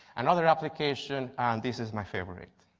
another application and this is my favorite,